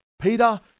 Peter